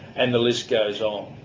and the list goes um